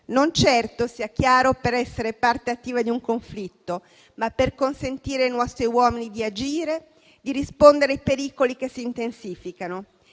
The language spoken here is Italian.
non certo, sia chiaro, per essere parte attiva di un conflitto, ma per consentire ai nostri uomini di agire e di rispondere ai pericoli che si intensificano.